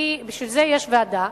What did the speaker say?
בשביל זה יש ועדה,